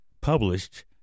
published